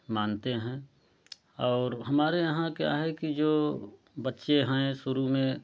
मानते हैं और हमारे यहाँ क्या है कि जो बच्चे हएँ शुरू में